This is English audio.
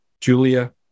Julia